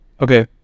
Okay